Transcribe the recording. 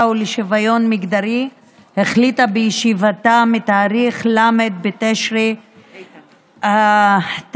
ולשוויון מגדרי החליטה בישיבתה בתאריך ל' בתשרי התשפ"ב,